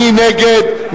מי נגד?